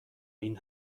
این